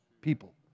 people